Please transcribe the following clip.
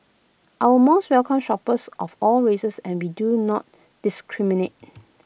our malls welcome shoppers of all races and be do not discriminate